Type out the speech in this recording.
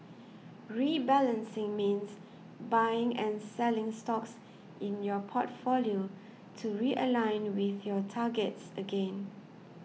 rebalancing means buying and selling stocks in your portfolio to realign with your targets again